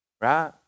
Right